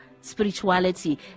spirituality